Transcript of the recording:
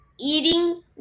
eating